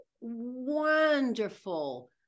wonderful